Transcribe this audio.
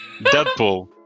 Deadpool